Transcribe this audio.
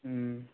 ꯎꯝ